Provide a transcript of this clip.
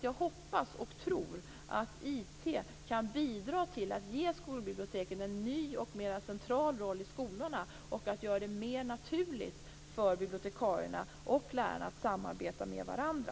Jag hoppas och tror alltså att IT kan bidra till att ge skolbiblioteken en ny och mer central roll i skolorna, och att den kommer att göra det mer naturligt för bibliotekarierna och lärarna att samarbeta med varandra.